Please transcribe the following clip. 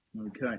Okay